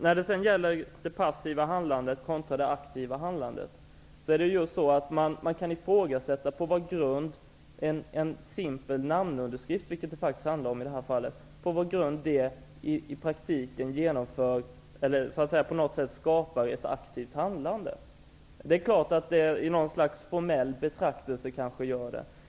När det gäller det passiva handlandet kontra det aktiva handlandet, kan man ifrågasätta på vad grund en simpel namnunderskrift, vilket det faktiskt handlar om i det här fallet, skapar ett aktivt handlande. I något slags formell betraktelse gör det kanske det.